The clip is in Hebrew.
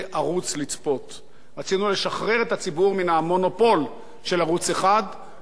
רצינו לשחרר את הציבור מן המונופול של ערוץ-1 לטובת ערוץ שני,